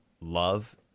love